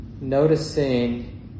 noticing